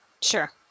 Sure